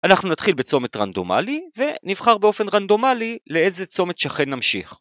אנחנו נתחיל בצומת רנדומלי, ונבחר באופן רנדומלי לאיזה צומת שכן נמשיך.